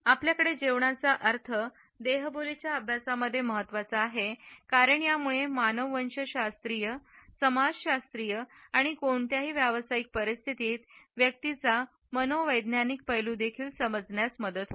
आपल्याकडे जेवणाचे अर्थ देहबोलीच्या अभ्यासामध्ये महत्त्वाचे आहेत कारण यामुळे मानववंशशास्त्रीय समाजशास्त्रीय आणि कोणत्याही व्यावसायिक परिस्थितीत व्यक्तींचा मनोवैज्ञानिक पैलू देखील समजण्यास मदत होते